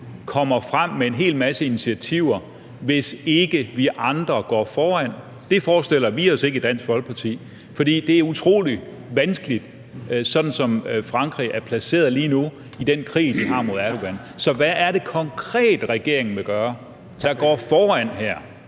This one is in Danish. kommer frem med en hel masse initiativer, hvis ikke vi andre går foran? Det forestiller vi os ikke i Dansk Folkeparti, for det er utrolig vanskeligt, sådan som Frankrig er placeret lige nu i den krig, vi har mod Erdogan. Så hvad er det konkret, regeringen vil gøre i forhold